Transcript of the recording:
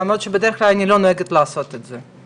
למרות שבדרך כלל אני לא נוהגת לעשות את זה.